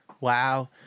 Wow